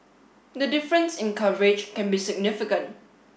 the difference in coverage can be significant